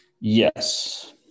Yes